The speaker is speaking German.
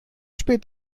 spät